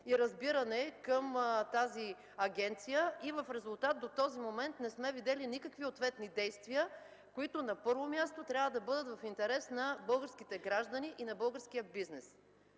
и разбиране към тази агенция. В резултат обаче до този момент не сме видели никакви ответни действия, които на първо място, трябва да са в интерес на българските граждани и на българския бизнес.